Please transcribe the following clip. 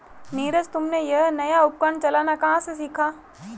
नीरज तुमने यह नया उपकरण चलाना कहां से सीखा?